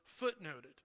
footnoted